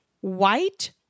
white